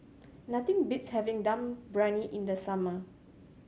nothing beats having Dum Briyani in the summer